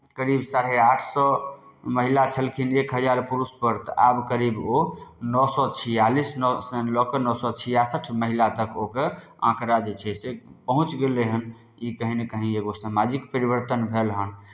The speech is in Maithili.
करीब साढ़े आठ सए महिला छलखिन एक हजार पुरुषपर तऽ आब करीब ओ नओ सए छिआलिस नओ सँ लऽ कऽ नओ सए छिआसठि महिला तक ओकर आँकड़ा जे छै से पहुँचि गेलै हन ई कहीँ ने कहीँ एगो सामाजिक परिवर्तन भेल हन